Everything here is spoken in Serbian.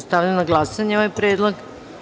Stavljam na glasanje ovaj predlog.